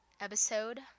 episode